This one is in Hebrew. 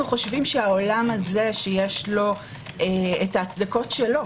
אנו חושבים שהעולם הזה שיש לו ההצדקות שלו,